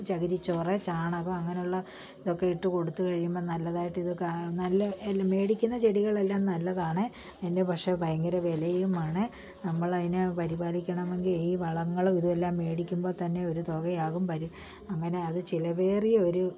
ചകിരിച്ചോറ് ചാണകം അങ്ങനെയുള്ള ഇതൊക്കെ ഇട്ടു കൊടുത്തു കഴിയുമ്പം നല്ലതായിട്ട് ഇത് നല്ല എല്ലാം മേടിക്കുന്ന ചെടികളെല്ലാം നല്ലതാണ് അതിനു പക്ഷേ ഭയങ്കര വിലയുമാണ് നമ്മളതിനെ പരിപാലിക്കണമെങ്കിൽ ഈ വളങ്ങൾ ഇതെല്ലാം മേടിക്കുമ്പോൾതന്നെ ഒരു തുകയാകും അങ്ങനെ അതു ചിലവേറിയ ഒരു